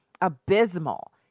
Abysmal